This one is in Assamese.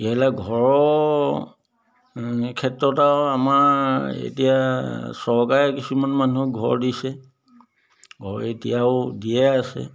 এইহেলে ঘৰৰ ও ক্ষেত্ৰত আৰু আমাৰ এতিয়া চৰকাৰে কিছুমান মানুহক ঘৰ দিছে ঘৰ এতিয়াও দিয়ে আছে